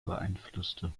beeinflusste